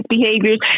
behaviors